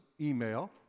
email